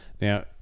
Now